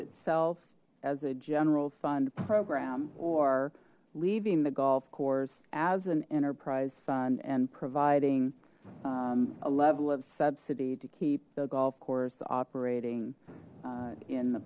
itself as a general fund program or leaving the golf course as an enterprise fund and providing a level of subsidy to keep the golf course operating in the